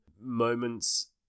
moments